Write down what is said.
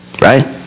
Right